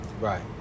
Right